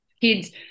kids